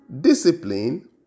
discipline